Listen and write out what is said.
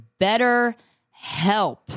BetterHelp